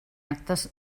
actes